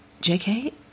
JK